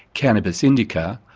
cannabis indica,